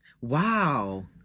Wow